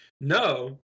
no